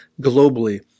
globally